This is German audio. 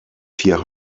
vier